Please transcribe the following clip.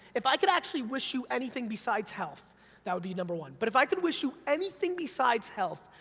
if i could actually wish you anything besides health that would be number one, but if i could wish you anything besides health,